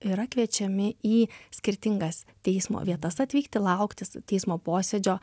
yra kviečiami į skirtingas teismo vietas atvykti lauktis teismo posėdžio